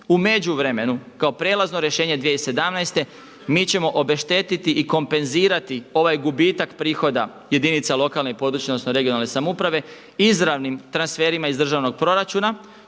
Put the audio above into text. U međuvremenu kao prijelazno rješenje 2017. mi ćemo obeštetiti i kompenzirati ovaj gubitak prihoda jedinica lokalne i područne odnosno regionalne samouprave izravnim transferima iz državnog proračuna